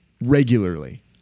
regularly